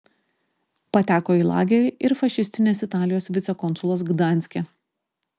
pateko į lagerį ir fašistinės italijos vicekonsulas gdanske